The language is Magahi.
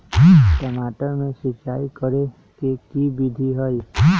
टमाटर में सिचाई करे के की विधि हई?